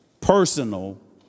personal